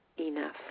enough